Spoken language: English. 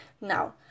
Now